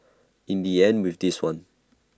in IT ends with this one